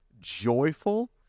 joyful